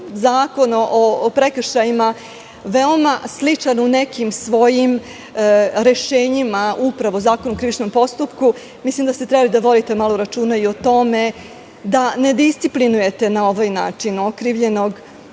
zakon o prekršajima veoma sličan u nekim svojim rešenjima, upravo Zakon o krivičnom postupku, mislim da ste trebali da vodite malo računa o tome da ne disciplinujete na ovaj način okrivljenog.